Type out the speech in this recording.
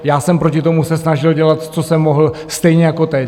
Já jsem proti tomu se snažil dělat, co jsem mohl, stejně jako teď.